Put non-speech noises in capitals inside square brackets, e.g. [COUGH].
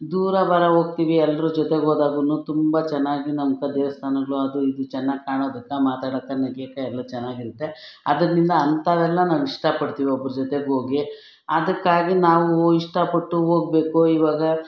ದೂರ ಬೇರೆ ಹೋಗ್ತಿವಿ ಎಲ್ಲರೂ ಜೊತೆಗೋದಾಗು ತುಂಬ ಚೆನ್ನಾಗಿ ನಮ್ಕ [UNINTELLIGIBLE] ದೇವಸ್ಥಾನಗಳು ಅದು ಇದು ಚೆನ್ನಾಗ್ ಕಾಣೋದಕ್ಕೆ ಮಾತಾಡಕ್ಕೆ ನಗಿಯಕ್ಕೆ ಎಲ್ಲ ಚೆನ್ನಾಗಿರುತ್ತೆ ಅದರಿಂದ ಅಂತವೆಲ್ಲ ನಾವು ಇಷ್ಟಪಡ್ತಿವಿ ಒಬ್ರ ಜೊತೆಗೋಗಿ ಅದಕ್ಕಾಗಿ ನಾವು ಇಷ್ಟಪಟ್ಟು ಹೋಗ್ಬೇಕು ಇವಾಗ